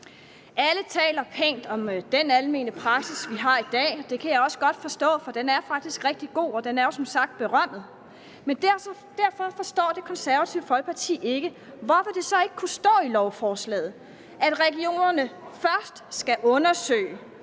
Alle taler pænt om den almene praksis, vi har i dag, og det kan jeg også godt forstå, for den er faktisk rigtig god, og den er jo som sagt berømmet. Derfor forstår Det Konservative Folkeparti ikke, hvorfor det så ikke kunne stå i lovforslaget, at regionerne først skal undersøge,